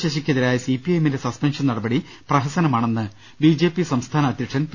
ശശിക്കെതിരായ C P I എമ്മിന്റെ suspension നടപടി പ്രഹസനമാണെന്ന് ബി ജെ പി സംസ്ഥാന അധ്യക്ഷൻ പി